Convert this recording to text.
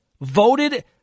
voted